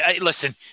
Listen